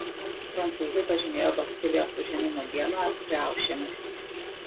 prancūzai pažymėjo bastilijos užėmimo dieną riaušėmis